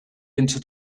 into